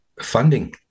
funding